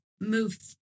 move